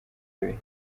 abiri